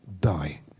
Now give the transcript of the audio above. die